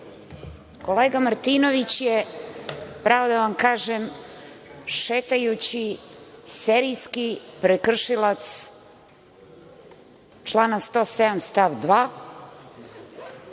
Kolega Martinović je, pravo da vam kažem, šetajući serijski prekršilac člana 107. stav 2.